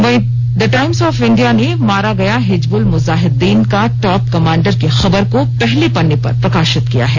वहीं the Times of India ने मारा गया हिज्जबुल मुजाहिदि्दन का टॉप कमांडर की खबर को पहले पन्ने पर प्रकाशित किया है